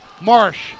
Marsh